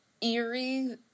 eerie